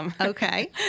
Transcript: Okay